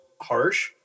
harsh